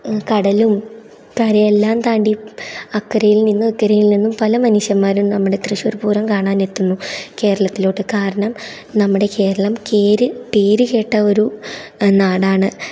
കടലും കരയെല്ലാം താണ്ടി അക്കരയിൽ നിന്നും ഇക്കരയിൽ നിന്നും പല മനുഷ്യന്മാരും നമ്മുടെ തൃശ്ശൂർ പൂരം കാണാൻ എത്തുന്നു കേരളത്തിലോട്ട് കാരണം നമ്മുടെ കേരളം കേര് പേരു കേട്ട ഒരു നാടാണ്